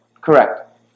Correct